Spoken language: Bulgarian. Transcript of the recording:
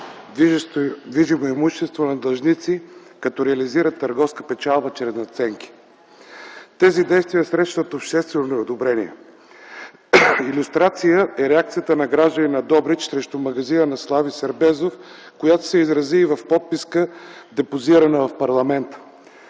движимо имущество на длъжници, като реализират търговска печалба чрез надценки. Тези действия срещат обществено неодобрение. Илюстрация е реакцията на гражданина на Добрич срещу магазина на Слави Сербезов, която се изрази и в подписка, депозирана в парламента.